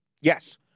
Yes